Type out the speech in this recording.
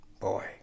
Boy